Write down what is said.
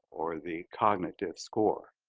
or the cognitive score